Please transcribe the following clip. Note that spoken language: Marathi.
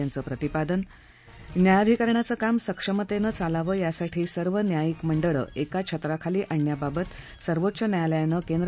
यांचं प्रतिपादन न्यायाधिकरणांच काम सक्षमतेनं चालावं यासाठी सर्व न्यायीक मंडळं एक छत्राखाली आणण्याबाबत सर्वोच्च न्यायालयानं केंद्र